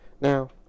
Now